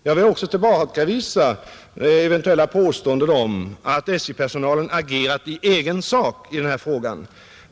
Jag vill också tillbakavisa eventuella påståenden om att SJ-personalen agerat i egen sak när det gäller detta spörsmål.